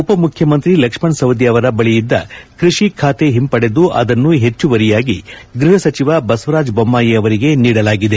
ಉಪಮುಖ್ಯಮಂತ್ರಿ ಲಕ್ಷ್ಣ ಸವದಿ ಅವರ ಬಳಿಯಿದ್ದ ಕೃಷಿ ಖಾತೆ ಹಿಂಪಡೆದು ಅದನ್ನು ಹೆಚ್ಚುವರಿಯಾಗಿ ಗೃಪ ಸಚಿವ ಬಸವರಾಜ ಬೊಮ್ಹಾಯಿ ಅವರಿಗೆ ನೀಡಲಾಗಿದೆ